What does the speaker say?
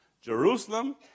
Jerusalem